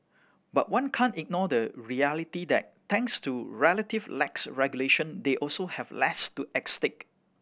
but one can't ignore the reality that thanks to relative lax regulation they also have less to at stake